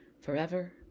forever